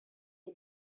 les